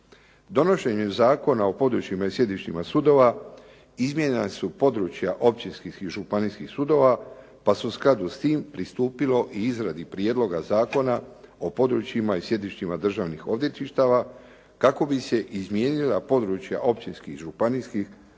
Donošenje Zakona o područjima i sjedištima sudova izmijenjana su područja općinskih i županijskih sudova pa se u skladu sa time pristupilo izradi prijedloga zakona o područjima i sjedištima državnih odvjetništva kako bi se izmijenila područja općinski i županijskih državnih